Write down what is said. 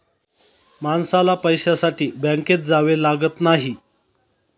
माणसाला पैशासाठी बँकेत जावे लागत नाही